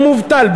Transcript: הוא מובטל.